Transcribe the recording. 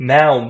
Now